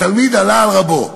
התלמיד עלה על רבו.